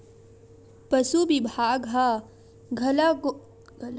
पसु बिभाग ह गलाघोंट बेमारी के टीका ल मोफत म देथे